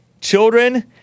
Children